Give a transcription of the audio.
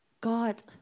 God